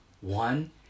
One